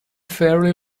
fairly